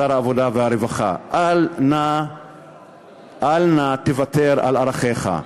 שר העבודה והרווחה: אל נא תוותר על ערכיך,